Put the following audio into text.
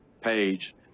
page